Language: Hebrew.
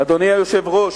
אדוני היושב-ראש,